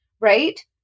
right